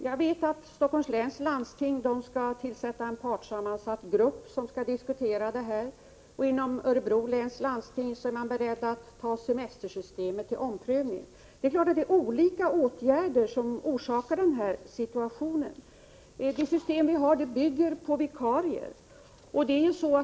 Jag vet att Stockholms läns landsting skall tillsätta en partssammansatt grupp för att diskutera det här, och inom Örebro läns landsting är man beredd att ta semestersystemet under omprövning. Det är klart att det är olika ting som orsakar den här situationen. Det system vi har bygger på vikarier.